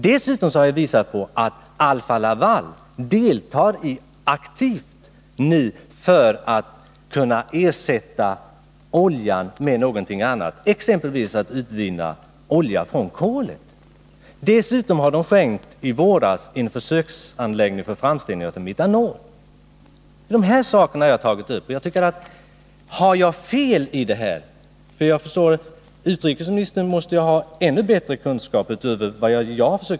Dessutom har jag visat att Alfa-Laval nu aktivt deltar för att utvinna olja ur kol. Dessutom skänkte företaget i våras en försöksanläggning för framställning av metanol. Det är alltså dessa saker som jag har tagit upp. Utrikesministern måste ju ha ännu bättre kunskaper än jag.